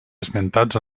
esmentats